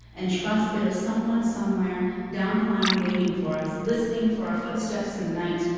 and trust there is someone, somewhere down the line waiting for us, listening for our footsteps in the night,